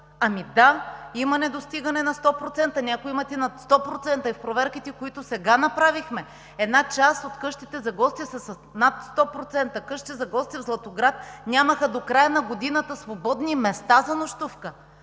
си. Да, има недостигане на 100%, някои имат и над 100%. В проверките, които сега направихме, една част от къщите за гости са с над 100% – къщи за гости в Златоград нямаха свободни места за нощувка